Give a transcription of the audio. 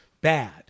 bad